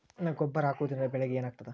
ಗೊಬ್ಬರ ಹಾಕುವುದರಿಂದ ಬೆಳಿಗ ಏನಾಗ್ತದ?